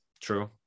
True